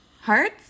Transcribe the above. Hearts